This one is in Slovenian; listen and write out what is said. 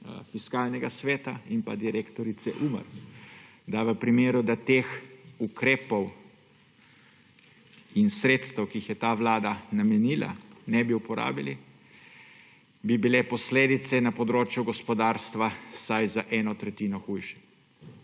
Fiskalnega sveta in direktorice UMAR, da bi bile v primeru, da ukrepov in sredstev, ki jih je ta vlada namenila, ne bi uporabili, posledice na področju gospodarstva vsaj za eno tretjino hujše.